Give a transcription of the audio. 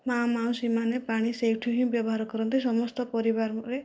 ମା' ମାଉସୀମାନେ ପାଣି ସେଇଠୁ ହିଁ ବ୍ୟବହାର କରନ୍ତି ସମସ୍ତ ପରିବାରରେ